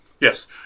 Yes